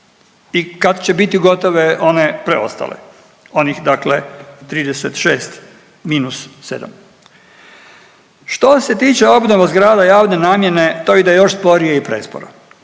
i kad će biti gotove one preostale, onih dakle 36 minus 7. Što se tiče obnova zgrada javne namjene to ide još sporije i presporo.